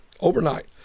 overnight